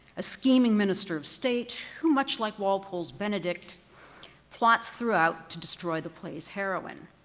a scheming minister of state who much like walpole's benedict plots throughout to destroy the play's heroine.